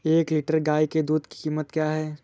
एक लीटर गाय के दूध की कीमत क्या है?